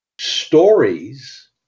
stories